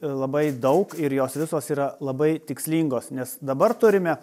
labai daug ir jos visos yra labai tikslingos nes dabar turime